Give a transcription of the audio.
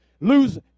Lose